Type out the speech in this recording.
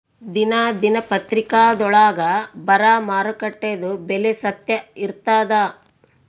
ದಿನಾ ದಿನಪತ್ರಿಕಾದೊಳಾಗ ಬರಾ ಮಾರುಕಟ್ಟೆದು ಬೆಲೆ ಸತ್ಯ ಇರ್ತಾದಾ?